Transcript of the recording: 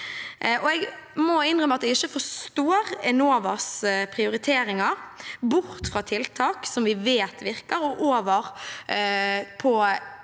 Jeg må innrømme at jeg ikke forstår Enovas prioriteringer bort fra tiltak som vi vet virker, og over